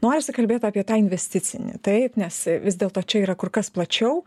norisi kalbėt apie tą investicinį taip nes vis dėlto čia yra kur kas plačiau